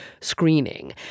screening